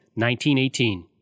1918